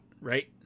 right